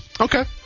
Okay